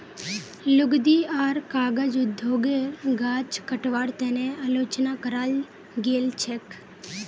लुगदी आर कागज उद्योगेर गाछ कटवार तने आलोचना कराल गेल छेक